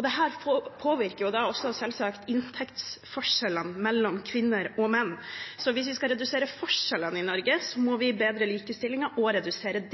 Dette påvirker selvsagt også inntektsforskjellene mellom kvinner og menn. Så hvis vi skal redusere forskjellene i Norge, må vi bedre likestillingen og redusere